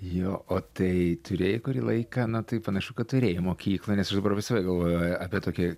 jo o tai turėjai kurį laiką nu tai panašu kad turėjai mokykloj nes aš dabar apie save galvoju apie tokį